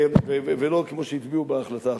ולא כמו שהצביעו בהחלטה האחרונה.